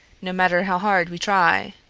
no matter how hard we try?